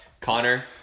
Connor